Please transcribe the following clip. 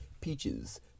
Peaches